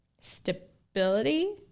stability